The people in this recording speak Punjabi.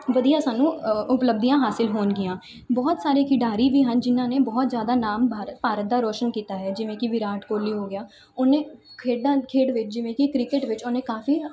ਵਧੀਆ ਸਾਨੂੰ ਉਪਲੱਬਧੀਆਂ ਹਾਸਿਲ ਹੋਣਗੀਆਂ ਬਹੁਤ ਸਾਰੇ ਖਿਡਾਰੀ ਵੀ ਹਨ ਜਿਹਨਾਂ ਨੇ ਬਹੁਤ ਜ਼ਿਆਦਾ ਨਾਮ ਬਾ ਭਾਰਤ ਦਾ ਰੋਸ਼ਨ ਕੀਤਾ ਹੈ ਜਿਵੇਂ ਕਿ ਵਿਰਾਟ ਕੋਹਲੀ ਹੋ ਗਿਆ ਉਹਨੇ ਖੇਡਾਂ ਖੇਡ ਵਿਚ ਜਿਵੇਂ ਕਿ ਕ੍ਰਿਕਟ ਵਿੱਚ ਉਹਨੇ ਕਾਫ਼ੀ